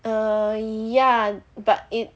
err ya but it